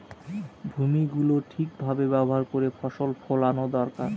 ভূমি গুলো ঠিক ভাবে ব্যবহার করে ফসল ফোলানো দরকার